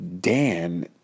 Dan